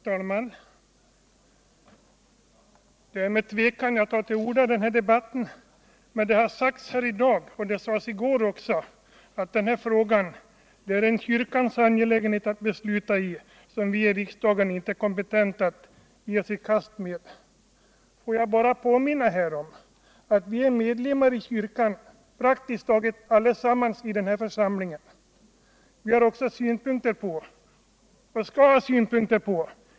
Herr talman! Det är med tvekan jag tar till orda i den här debatten. Det har sagts här i dag — och det sades också i går — att den här frågan är en kyrkans angelägenhet. som alltså kyrkan har att besluta i och som vi i riksdagen inte är kompetenta att ge oss i kast med. Får jag då bara påminna om att praktiskt taget allesammans i den här församlingen är med ; kyrkan. Vi har också synpunkter på — och skall! ha synpunkter på!